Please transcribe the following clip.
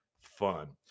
fun